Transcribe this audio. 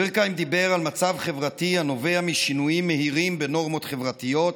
דורקהיים דיבר על מצב חברתי הנובע משינויים מהירים בנורמות חברתיות,